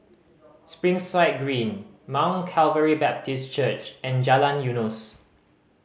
Springside Green Mount Calvary Baptist Church and Jalan Eunos